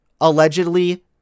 allegedly